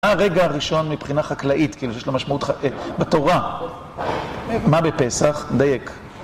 מה הרגע הראשון, מבחינה חקלאית כאילו, שיש לה משמעות חקלאית, בתורה? מה בפסח? דייק